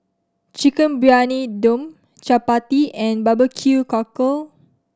Chicken Briyani Dum chappati and barbecue cockle